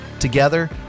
Together